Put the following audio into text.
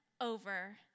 over